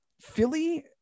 Philly